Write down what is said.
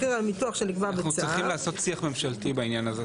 מחיר הניתוח שנקבע בצו אנחנו צריכים לעשות שיח ממשלתי בעניין הזה,